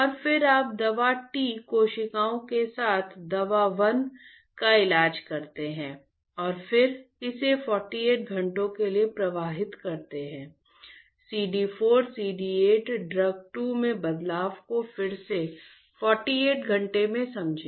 और फिर आप दवा T कोशिकाओं के साथ दवा 1 का इलाज करते हैं और फिर इसे 48 घंटों के लिए प्रवाहित करते हैं CD 4 CD 8 ड्रग 2 में बदलाव को फिर से 48 घंटे में समझें